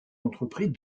entreprit